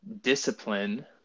discipline